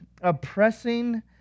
oppressing